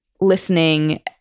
listening